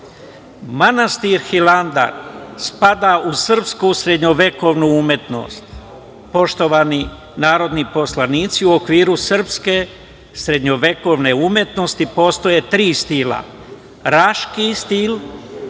Manastir Hilandar spada u srpsku srednjovekovnu umetnost. Poštovani narodni poslanici, u okviru srpske srednjovekovne umetnosti postoje tri stila raški stil